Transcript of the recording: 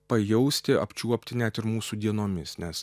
pajausti apčiuopti net ir mūsų dienomis nes